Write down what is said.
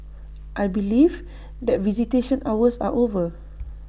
I believe that visitation hours are over